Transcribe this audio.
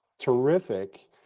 Terrific